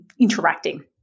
interacting